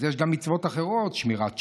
אז יש גם מצוות אחרות: שמירת שבת,